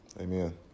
amen